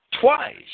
twice